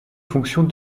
fonctions